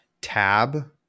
tab